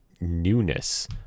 newness